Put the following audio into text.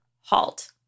halt